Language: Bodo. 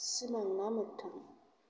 सिमां ना मोगथां